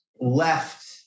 left